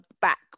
back